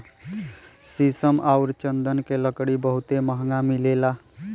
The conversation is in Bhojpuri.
शीशम आउर चन्दन के लकड़ी बहुते महंगा मिलेला